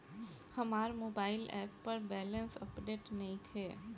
हमार mobile app पर balance update नइखे